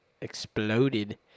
exploded